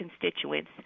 constituents